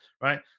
Right